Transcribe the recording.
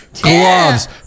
Gloves